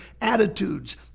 attitudes